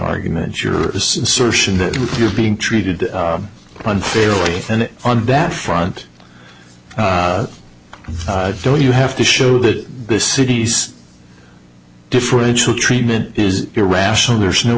argument your insertion that you're being treated unfairly and on that front though you have to show that this city's differential treatment is irrational there's no